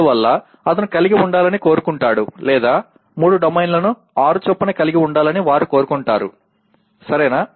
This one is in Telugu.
అందువల్ల అతను కలిగి ఉండాలని కోరుకుంటాడు లేదా మూడు డొమైన్లను ఆరు చొప్పున కలిగి ఉండాలని వారు కోరుకుంటారు సరేనా